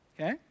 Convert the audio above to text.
Okay